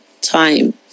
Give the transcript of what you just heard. time